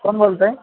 कोण बोलत आहे